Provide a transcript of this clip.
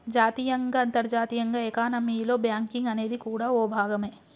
జాతీయంగా అంతర్జాతీయంగా ఎకానమీలో బ్యాంకింగ్ అనేది కూడా ఓ భాగమే